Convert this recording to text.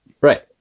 Right